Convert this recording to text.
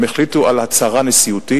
הם החליטו על הצהרה נשיאותית,